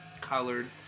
colored